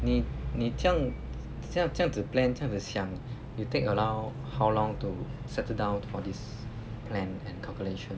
你你这样这样子 plan 这样子想 you take around how long to settle down for this plan and calculation